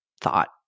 thought